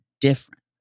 different